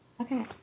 Okay